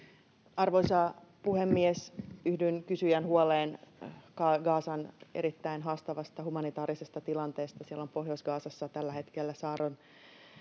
Arvoisa puhemies! Yhdyn kysyjän huoleen Gazan erittäin haastavasta humanitaarisesta tilanteesta. Siellä on Pohjois-Gazassa tällä hetkellä saarrossa